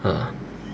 ugh